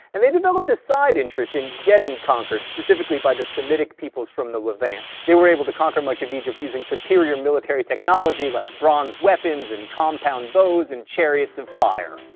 and they developed a side interest in getting conquered, specifically by semitic peoples from the levant. they were able to conquer much of egypt using superior military technology like bronze weapons and compound bows, and chariots of fire.